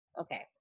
Okay